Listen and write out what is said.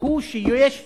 הוא שיש אפליה,